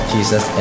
Jesus